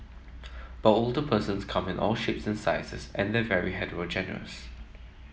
but older persons come in all shapes and sizes and they're very heterogeneous